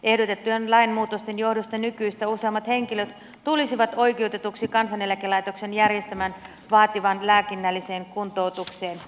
ehdotettujen lainmuutosten johdosta nykyistä useammat henkilöt tulisivat oikeutetuksi kansaneläkelaitoksen järjestämään vaativaan lääkinnälliseen kuntoutukseen